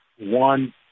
one